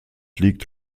liegt